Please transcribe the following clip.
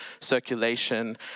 circulation